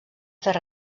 fer